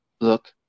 look